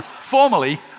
Formally